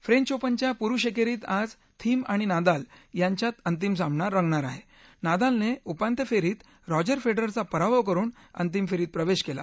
French ओपनच्या पुरुष एक्टीत आज थीम आणि नादाल यांच्यात अंतिम सामना रंगणार आहा जादाल नाउपाल्य फरीत रॉजर फ्रेंडरचा पराभव करून अंतिम फ्रींत प्रवधीक्ला